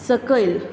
सकयल